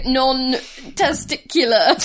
non-testicular